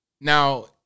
Now